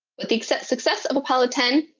with the success of apollo ten,